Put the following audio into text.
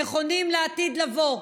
נכונים לעתיד לבוא,